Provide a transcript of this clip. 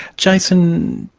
jason,